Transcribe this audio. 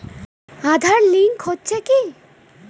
Aadhaar link হচ্ছে কি?